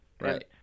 right